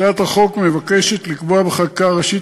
הצעת החוק מבקשת לקבוע בחקיקה הראשית